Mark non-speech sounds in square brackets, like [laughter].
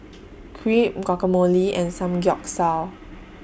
[noise] Crepe Guacamole and Samgyeopsal